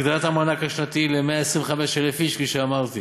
הגדלת המענק השנתי ל-125,000 איש, כפי שאמרתי,